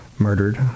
murdered